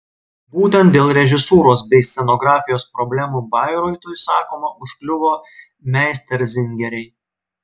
būtent dėl režisūros bei scenografijos problemų bairoitui sakoma užkliuvo meisterzingeriai